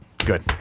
Good